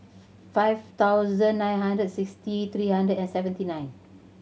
five thousand nine hundred sixty three hundred and seventy nine